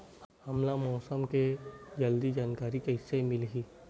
हमला मौसम के जल्दी जानकारी कइसे मिलही?